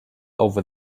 over